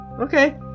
Okay